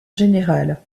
général